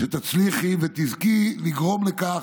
שתצליחי ותזכי לגרום לכך,